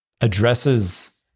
addresses